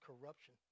corruption